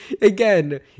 Again